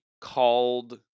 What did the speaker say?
called